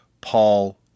Paul